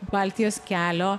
baltijos kelio